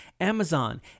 Amazon